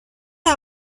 این